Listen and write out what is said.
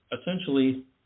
essentially